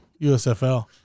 USFL